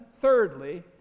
thirdly